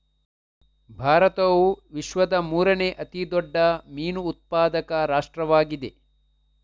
ಭಾರತವು ವಿಶ್ವದ ಮೂರನೇ ಅತಿ ದೊಡ್ಡ ಮೀನು ಉತ್ಪಾದಕ ರಾಷ್ಟ್ರವಾಗಿದೆ